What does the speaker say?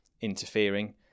interfering